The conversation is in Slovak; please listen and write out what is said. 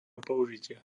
použitia